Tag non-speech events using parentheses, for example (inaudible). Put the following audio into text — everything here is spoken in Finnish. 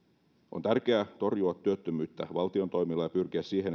on tärkeää torjua työttömyyttä valtion toimilla ja pyrkiä siihen (unintelligible)